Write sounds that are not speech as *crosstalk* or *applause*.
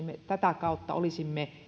*unintelligible* me tätä kautta